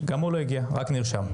גם הוא לא הגיע, רק נרשם.